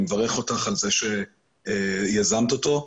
אני מברך אותך על כך שיזמת אותו.